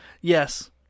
Yes